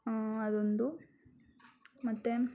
ಅದೊಂದು ಮತ್ತೆ